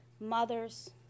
mothers